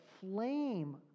flame